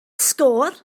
sgôr